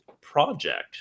project